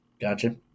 Gotcha